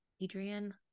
Adrian